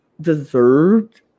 deserved